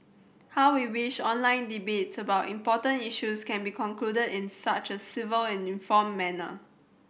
how we wish online debates about important issues can be concluded in such a civil and informed manner